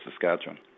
Saskatchewan